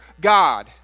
God